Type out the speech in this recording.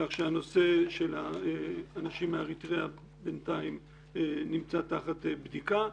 כך שהנושא של האנשים מאריתריאה בינתיים נמצא תחת בדיקה.